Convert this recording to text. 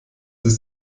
ist